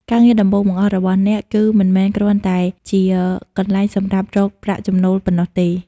ការងារដំបូងបង្អស់របស់អ្នក គឺមិនមែនគ្រាន់តែជាកន្លែងសម្រាប់រកប្រាក់ចំណូលប៉ុណ្ណោះទេ។